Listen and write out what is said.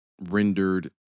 rendered